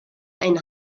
ein